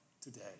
today